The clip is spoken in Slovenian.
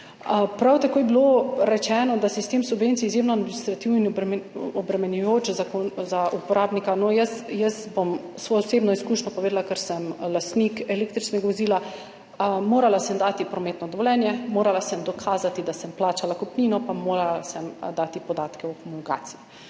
Prav tako je bilo rečeno, da je sistem subvencij izjemno administrativen in obremenjujoč za uporabnika. Jaz bom svojo osebno izkušnjo povedala, ker sem lastnica električnega vozila. Morala sem dati prometno dovoljenje, morala sem dokazati, da sem plačala kupnino, pa morala sem dati podatke o homologaciji.